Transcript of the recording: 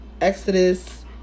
Exodus